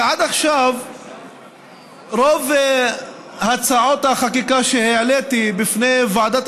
כי עד עכשיו רוב הצעות החקיקה שהעליתי בפני ועדת